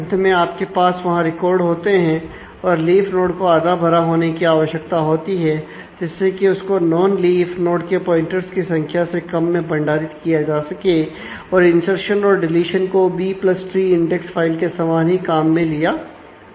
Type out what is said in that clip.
अंत में आपके पास वहां रिकॉर्ड होते हैं और लीफ नोड को आधा भरा होने की आवश्यकता होती है जिससे कि उसको नोन लीफ के समान ही काम में लिया जाता है